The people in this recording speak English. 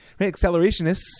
Accelerationists